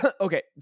Okay